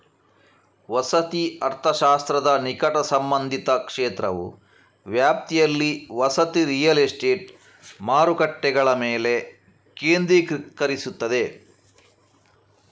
ವಸತಿ ಅರ್ಥಶಾಸ್ತ್ರದ ನಿಕಟ ಸಂಬಂಧಿತ ಕ್ಷೇತ್ರವು ವ್ಯಾಪ್ತಿಯಲ್ಲಿ ವಸತಿ ರಿಯಲ್ ಎಸ್ಟೇಟ್ ಮಾರುಕಟ್ಟೆಗಳ ಮೇಲೆ ಕೇಂದ್ರೀಕರಿಸುತ್ತದೆ